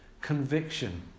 conviction